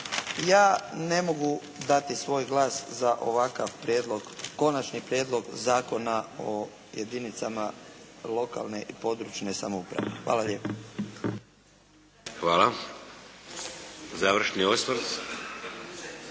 ja ne mogu dati svoj glas za ovakav Konačni prijedlog Zakona o jedinicama lokalne i područje samouprave. Hvala lijepo. **Šeks, Vladimir